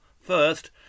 first